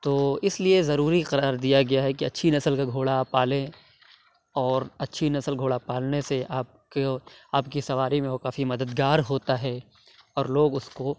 تو اس لیے ضروری قرار دیا گیا ہے کہ اچھی نسل کا گھوڑا پالیں اور اچھی نسل گھوڑا پالنے سے آپ کو آپ کی سواری میں وہ کافی مدد گار ہوتا ہے اور لوگ اس کو